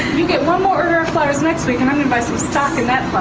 you get one more order of flowers next week and i'm gonna buy some stock in that flower